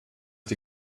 die